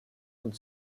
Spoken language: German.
und